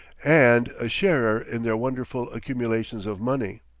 and a sharer in their wonderful accumulations of money.